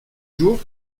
jour